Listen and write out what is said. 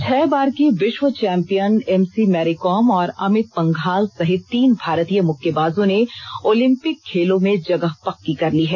छह बार की विश्व चैम्पियन एम सी मैरीकॉम और अमित पंघाल सहित तीन भारतीय मुक्केबाजों ने ओलिंपिक खेलों में जगह पक्की कर ली है